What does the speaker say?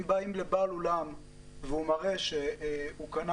אם באים לבעל אולם והוא מראה שהוא קנה